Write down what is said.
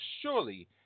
surely